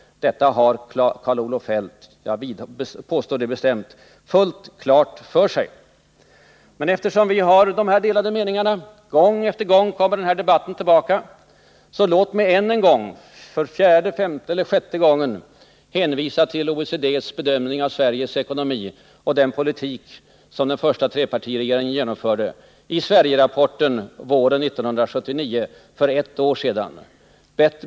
Detta har Kjell-Olof Feldt — jag påstår det bestämt — fullt klart för sig. Men eftersom vi har delade meningar — gång efter gång kommer den här debatten tillbaka — så låt mig för fjärde, femte eller sjätte gången hänvisa till OECD:s bedömning i Sverigerapporten våren 1979, alltså för ett år sedan, av Sveriges ekonomi och av den politik som den första trepartiregeringen genomförde.